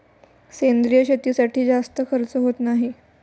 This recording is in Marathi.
सेंद्रिय शेतीसाठी जास्त खर्च होत नाही